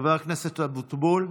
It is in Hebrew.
חבר הכנסת אבוטבול,